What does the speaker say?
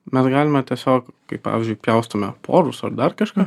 mes galime tiesiog kai pavyzdžiui pjaustome porus ar dar kažką